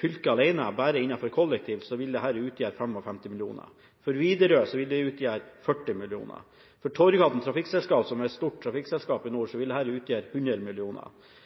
fylke alene, bare innenfor kollektivtrafikk, vil dette utgjøre 55 mill. kr. For Widerøe vil det utgjøre 40 mill. kr. For Torghatten Trafikkselskap, som er et stort trafikkselskap i nord, vil dette utgjøre 100